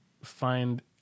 find